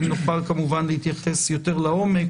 נוכל כמובן להתייחס יותר לעומק.